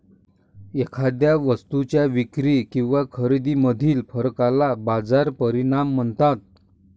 एखाद्या वस्तूच्या विक्री किंवा खरेदीमधील फरकाला बाजार परिणाम म्हणतात